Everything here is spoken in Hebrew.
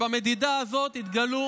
במדידה הזאת התגלו